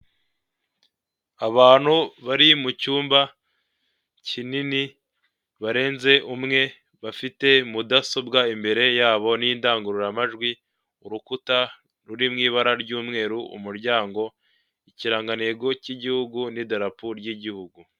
Abantu bari mu cyumba kinini, barenze umwe, bafite mudasobwa imbere yabo n'indangururamajwi, urukuta ruri mu ibara ry'umweru, umuryango, ikirangantego cy'igihugu, n'idarapo ry'igihugu.